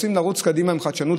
רוצים לרוץ קדימה עם חדשות,